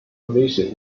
position